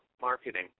marketing